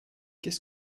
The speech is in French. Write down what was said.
qu’est